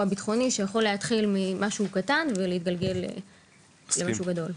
ביטחוני שיכול להתחיל ממשהו קטן ולהתגלגל למשהו גדול.